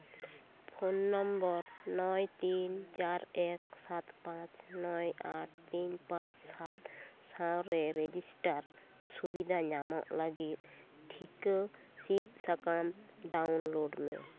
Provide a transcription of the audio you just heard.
phone number ᱱᱚᱭ ᱛᱤᱱ ᱪᱟᱨ ᱮᱠ ᱥᱟᱛ ᱯᱟᱸᱪ ᱱᱚᱭ ᱟᱴ ᱛᱤᱱ ᱯᱟᱸᱪ ᱥᱟᱛ ᱥᱟᱶᱨᱮ ᱨᱮᱡᱤᱥᱴᱟᱨ ᱥᱩᱵᱤᱫᱷᱟ ᱧᱟᱢᱚᱜ ᱞᱟᱹᱜᱤᱫ ᱴᱷᱤᱠᱟᱹ ᱥᱤᱫᱽ ᱥᱟᱠᱟᱢ ᱰᱟᱣᱩᱱᱞᱳᱰ ᱢᱮ